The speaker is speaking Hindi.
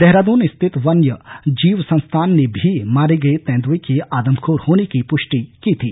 देहरादून स्थित वन्य जीव संस्थान ने भी मारे गये तेंदुए के आदमखोर होने की प्ष्टि की थी